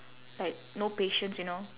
like no patience you know